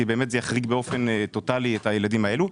כי באמת זה יחריג באופן טוטאלי את הילדים האלו.